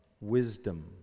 wisdom